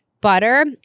butter